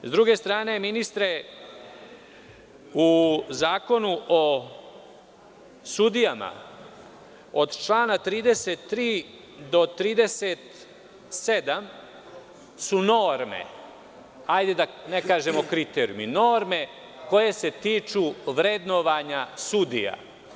S druge strane, ministre, u Zakonu o sudijama, od člana 33. do člana 37. su norme, da ne kažem kriterijumi, koje se tiču vrednovanja sudija.